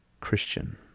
Christian